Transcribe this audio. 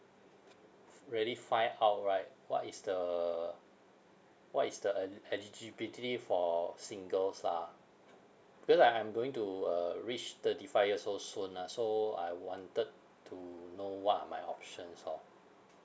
f~ really find out right what is the what is the el~ eligibility for singles lah because uh I'm going to uh reach thirty five years old soon ah so I wanted to know what are my options orh